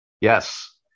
Yes